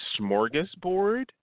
smorgasbord